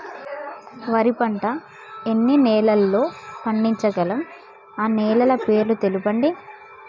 వరి పంట ఎన్ని నెలల్లో పండించగలం ఆ నెలల పేర్లను తెలుపండి?